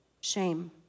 shame